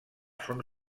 són